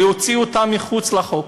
להוציא אותם מחוץ לחוק.